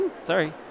Sorry